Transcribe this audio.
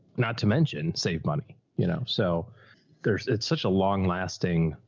not to mention save money, you know? so there's, it's such a long lasting,